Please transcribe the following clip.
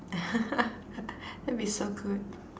that'll be so good